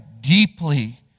deeply